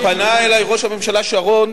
למה לערב עכשיו את המשפחות השכולות?